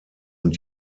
und